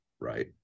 Right